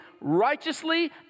righteously